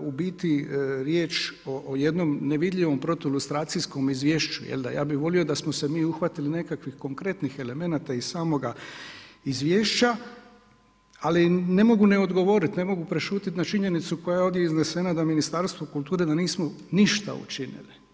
u biti riječ o jednom nevidljivom protu ilustracijskom izvješću jel da, ja bi volio da smo se mi uhvatili nekakvih konkretnih elemenata iz samoga izvješća, ali ne mogu ne odgovorit, ne mogu prešutit na činjenicu koja je ovdje iznesena da Ministarstvo kulture da nismo ništa učinili.